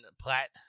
plat